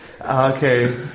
Okay